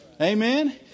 Amen